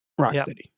Rocksteady